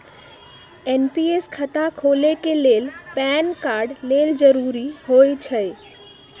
NPS खता खोले के लेल पैन कार्ड लेल जरूरी होइ छै